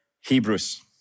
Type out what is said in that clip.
Hebrews